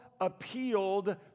appealed